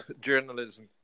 journalism